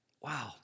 Wow